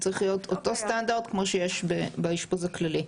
זה צריך להיות אותו סטנדרט כמו שיש באשפוז הכללי.